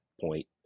point